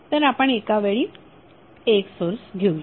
तर आपण एकावेळी एक सोर्स घेऊया